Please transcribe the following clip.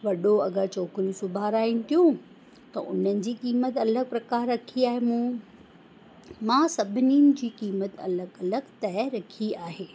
वॾो अगरि छोकिरियूं सिबाराइनि थियूं त उन्हनि जी क़ीमत अलॻि प्रकार रखी आहे मूं मां सभिनीनि जी क़ीमत अलॻि अलॻि तइ रखी आहे